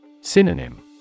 Synonym